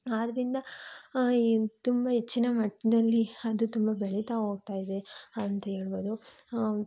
ಆದ್ದರಿಂದ ಈ ತುಂಬ ಹೆಚ್ಚಿನ ಮಟ್ಟದಲ್ಲಿ ಅದು ತುಂಬ ಬೆಳಿತಾ ಹೋಗ್ತಾ ಇದೆ ಅಂತ ಹೇಳ್ಬೌದು